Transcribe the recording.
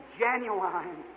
genuine